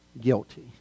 guilty